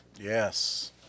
yes